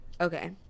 okay